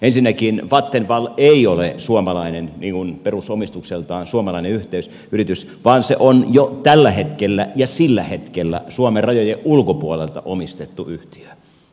ensinnäkään vattenfall ei ole suomalainen perusomistukseltaan suomalainen yhteisyritys vaan se on jo tällä hetkellä ja sillä hetkellä suomen rajojen ulkopuolelta omistettu yhtiö eikö niin